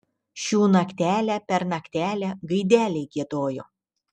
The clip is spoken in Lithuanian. šių naktelę per naktelę gaideliai giedojo